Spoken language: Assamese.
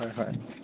হয় হয়